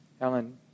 Ellen